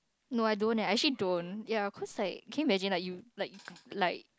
no I don't eh I actually don't yeah cause like can you imagine like you like like